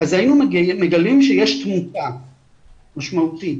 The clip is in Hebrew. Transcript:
אז היינו מגלים שיש תמותה משמעותית,